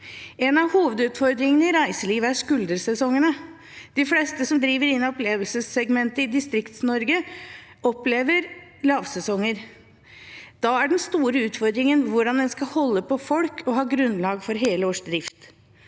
En av hovedutfordringene i reiselivet er skuldersesongene. De fleste som driver innen opplevelsessegmentet i Distrikts-Norge, opplever lavsesonger. Da er den store utfordringen hvordan en skal holde på folk og ha grunnlag for helårsdrift.